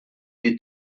their